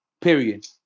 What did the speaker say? Period